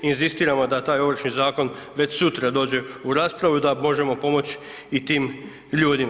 Inzistiramo da taj Ovršni zakon već sutra dođe u raspravu da možemo pomoć i tim ljudima.